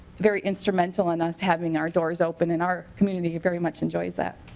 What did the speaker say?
very instrumental in us having our doors open in our community very much enjoys that.